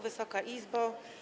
Wysoka Izbo!